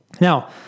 now